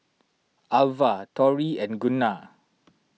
Alva Torrey and Gunnar